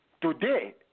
today